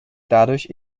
dadurch